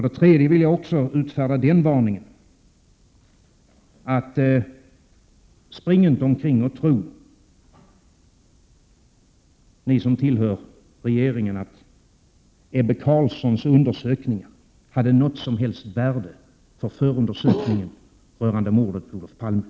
Den tredje varningen som jag vill utfärda är: Spring inte omkring och tro, ni som tillhör regeringen, att Ebbe Carlssons undersökningar hade något som helst värde för förundersökningen rörande mordet på Olof Palme.